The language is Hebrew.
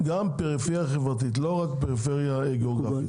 גם פריפריה חברתית ולא רק פריפריה גיאוגרפית.